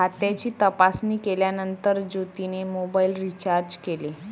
खात्याची तपासणी केल्यानंतर ज्योतीने मोबाइल रीचार्ज केले